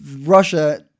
Russia